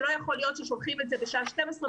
שלא יכול להיות ששולחים את זה בשעה 12:00